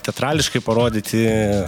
teatrališkai parodyti